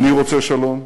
אני רוצה שלום.